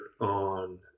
on